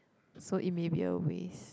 so it may be a waste